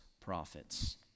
prophets